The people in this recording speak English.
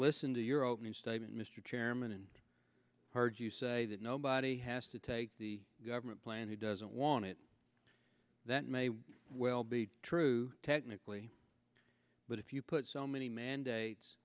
listened to your opening statement mr chairman and heard you say that nobody has to take the government plan he doesn't want it that may well be true technically but if you put so many mandates